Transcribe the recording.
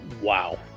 wow